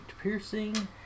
piercing